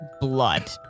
blood